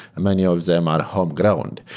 many of them are homegrown. and